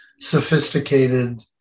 sophisticated